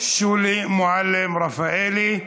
שולי מועלם-רפאלי.